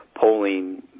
polling